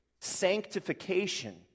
sanctification